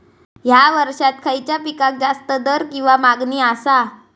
हया वर्सात खइच्या पिकाक जास्त दर किंवा मागणी आसा?